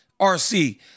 RC